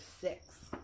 six